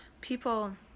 people